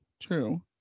true